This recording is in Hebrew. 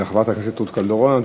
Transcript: חברת הכנסת רות קלדרון.